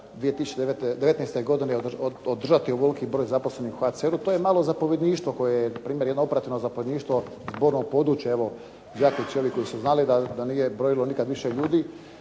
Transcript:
2019. godine održati ovoliki broj zaposlenih u HCR-u. To je malo zapovjedništvo koje je primjer jedno operativno zapovjedništvo ,zborno područje evo … /Govornik se ne razumije./… koji su znali da nije brojilo nikad više ljudi,